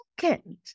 second